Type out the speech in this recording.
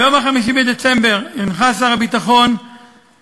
ביום 5 בדצמבר 2013 הנחה שר הביטחון להמשיך